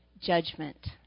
judgment